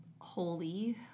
holy